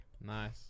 Nice